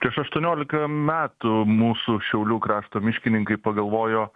prieš aštuoniolika metų mūsų šiaulių krašto miškininkai pagalvojo